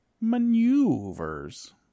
Maneuvers